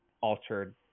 altered